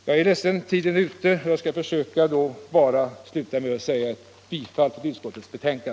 Min taletid är därmed ute och jag vill sluta med att yrka bifall till utskottets hemställan.